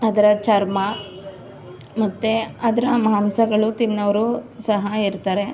ಅದರ ಚರ್ಮ ಮತ್ತು ಅದರ ಮಾಂಸಗಳು ತಿನ್ನೋರು ಸಹ ಇರ್ತಾರೆ